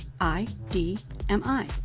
I-D-M-I